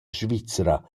svizra